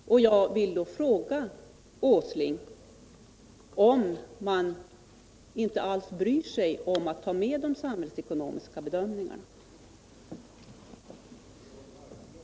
Jag vill fråga Nils Åsling om man inte alls bryr sig om att ta hänsyn till de samhällsekonomiska följdverkningarna av en nedläggning.